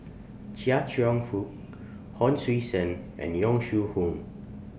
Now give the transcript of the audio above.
Chia Cheong Fook Hon Sui Sen and Yong Shu Hoong